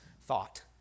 thought